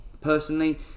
personally